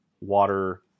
water